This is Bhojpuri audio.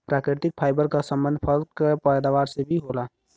प्राकृतिक फाइबर क संबंध फल क पैदावार से भी होला